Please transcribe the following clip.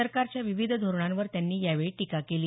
सरकारच्या विविध धोरणांवर त्यांनी यावेळी टीका केली